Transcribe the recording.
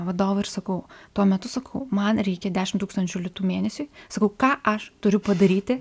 vadovą ir sakau tuo metu sakau man reikia dešimt tūkstančių litų mėnesiui sakau ką aš turiu padaryti